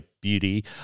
beauty